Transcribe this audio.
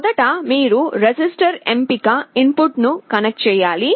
మొదట మీరు రిజిస్టర్ ఎంపిక ఇన్పుట్ను కనెక్ట్ చేయాలి